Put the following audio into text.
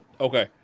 okay